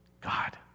God